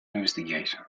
investigation